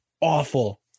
awful